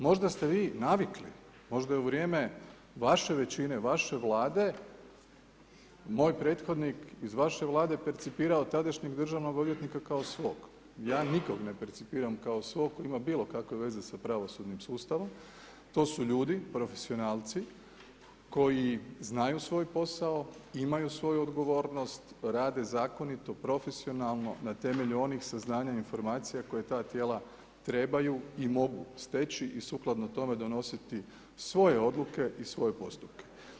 Možda ste vi navikli, možda je u vrijeme vaše većine, vaše Vlade, moj prethodnik iz vaše Vlade percipirao tadašnjeg državnog odvjetnika kao svog, ja nikog ne percipiram kao svog, 'ko ima bilo kakve veze sa pravosudnim sustavom, to su ljudi, profesionalci, koji znaju svoj posao, imaju svoju odgovornost, rade zakonito, profesionalno na temelju onih saznanja i informacija koje ta Tijela trebaju i mogu steći, i sukladno tome, donositi svoje odluke i svoje postupke.